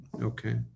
okay